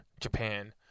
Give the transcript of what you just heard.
Japan